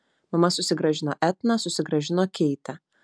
mama susigrąžino etną susigrąžino keitę